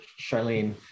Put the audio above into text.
Charlene